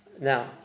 Now